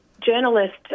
journalists